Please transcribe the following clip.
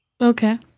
Okay